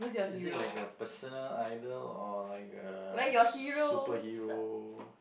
is it like a personal idol or like a superhero